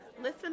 Listen